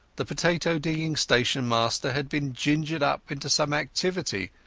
the potato-digging station-master had been gingered up into some activity,